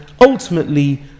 ultimately